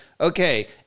okay